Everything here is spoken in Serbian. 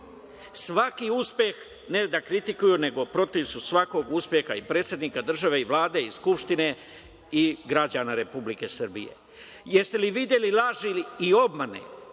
uspeh ne da kritikuju nego su protiv svakog uspeha, i predsednika države i Vlade i Skupštine i građana Republike Srbije. Jeste li videli laži i obmane